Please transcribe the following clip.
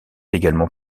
également